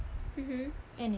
mmhmm